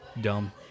dumb